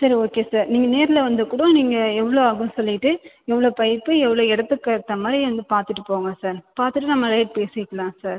சரி okay sir நீங்கள் நேரில் வந்து கூட நீங்கள் எவ்வளோ ஆகும்னு சொல்லிட்டு எவ்வளோ பைப்பு எவ்வளோ இடத்துக்கு ஏற்ற மாதிரி வந்து பார்த்துட்டு போங்க சார் பார்த்துட்டு நம்ம ரேட் பேசிக்கலாம் சார்